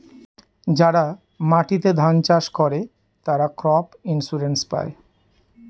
যারা মাটিতে ধান চাষ করে, তারা ক্রপ ইন্সুরেন্স পায়